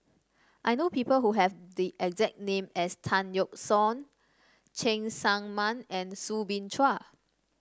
I know people who have the exact name as Tan Yeok Seong Cheng Tsang Man and Soo Bin Chua